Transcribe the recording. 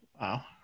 Wow